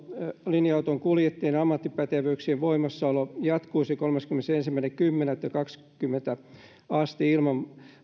linja autonkuljettajien ammattipätevyyksien voimassaolo jatkuisi kolmaskymmenesensimmäinen kymmenettä kaksikymmentä asti ilman